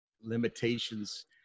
limitations